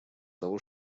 того